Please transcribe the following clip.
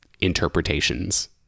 interpretations